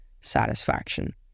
satisfaction